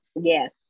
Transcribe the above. yes